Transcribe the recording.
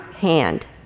hand